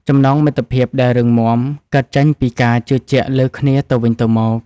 ចំណងមិត្តភាពដែលរឹងមាំ កើតចេញពីការជឿជាក់លើគ្នាទៅវិញទៅមក។